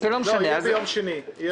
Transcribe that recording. ביום שני.